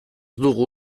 dugu